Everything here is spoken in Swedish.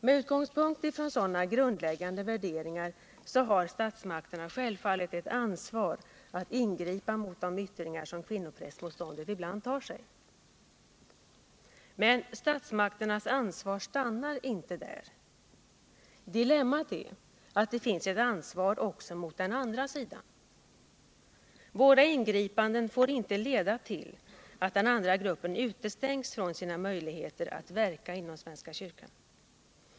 Med utgångspunkt från sådana grundläggande värderingar har statsmakterna självfallet ett ansvar att ingripa mot de yttringar som kvinnoprästmotståndet ibland tar sig. Men statsmakternas ansvar stannar inte där. Dilemmat är att det finns ett ansvar också mot den andra sidan. Våra ingripanden får inte leda till att den andra gruppen utestängs från sina möjligheter att verka inom svenska kyrkan.